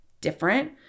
different